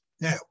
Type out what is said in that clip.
Now